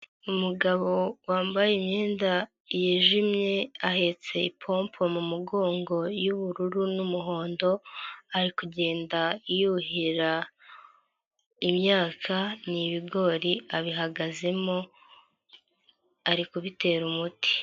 Umugabo wambaye imyenda yijimye, ahetse ipombo mu mugongo y'ubururu n'umuhondo, ari kugenda yuhira imyaka n'ibigori, abihagazemo ari kubitera umuti.